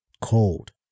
cold